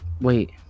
Wait